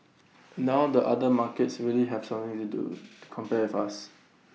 now the other markets really have something to compare with us